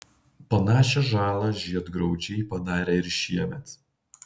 panašią žalą žiedgraužiai padarė ir šiemet